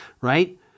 right